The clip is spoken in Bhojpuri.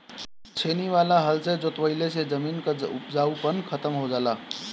छेनी वाला हल से जोतवईले से जमीन कअ उपजाऊपन खतम हो जाला